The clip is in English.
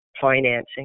financing